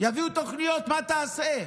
יביאו תוכניות, מה תעשה?